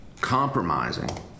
compromising